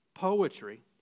poetry